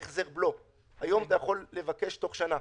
היום אתה יכול לבקש תוך שנה